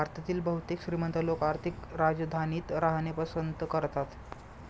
भारतातील बहुतेक श्रीमंत लोक आर्थिक राजधानीत राहणे पसंत करतात